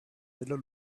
little